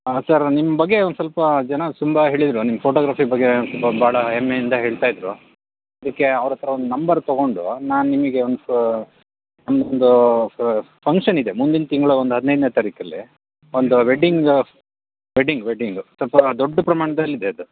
ಹಾಂ ಸರ್ ನಿಮ್ಮ ಬಗ್ಗೆ ಒಂದು ಸ್ವಲ್ಪ ಜನ ತುಂಬ ಹೇಳಿದರು ನಿಮ್ಮ ಫೋಟೋಗ್ರಫಿ ಬಗ್ಗೆ ತುಂಬ ಭಾಳ ಹೆಮ್ಮೆಯಿಂದ ಹೇಳ್ತಾ ಇದ್ದರು ಅದಕ್ಕೆ ಅವರತ್ರ ನಿಮ್ಮ ನಂಬರ್ ತಗೊಂಡು ನಾನು ನಿಮಗೆ ಒಂದು ಫ ಒಂದು ಫಂಕ್ಷನ್ ಇದೆ ಮುಂದಿನ ತಿಂಗಳು ಒಂದು ಹದಿನೈದು ತಾರೀಕು ಅಲ್ಲಿ ಒಂದು ವೆಡ್ಡಿಂಗ್ ವೆಡ್ಡಿಂಗ್ ವೆಡ್ಡಿಂಗು ಸ್ವಲ್ಪ ದೊಡ್ಡ ಪ್ರಮಾಣ್ದಲ್ಲಿ ಇದೆ ಅದು